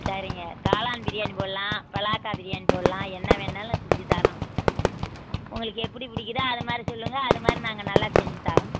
சரிங்க காளான் பிரியாணி போடலாம் பலாக்காய் பிரியாணி போடலாம் என்ன வேணாலும் செஞ்சுத் தரோம் உங்களுக்கு எப்படி பிடிக்குதோ அது மாதிரி சொல்லுங்கள் அது மாதிரி நாங்கள் நல்லா செஞ்சுத் தரோம்